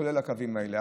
כולל לקווים האלה,